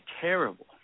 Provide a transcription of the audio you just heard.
terrible